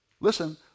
listen